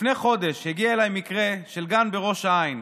לפני חודש הגיע אליי מקרה של גן בראש העין,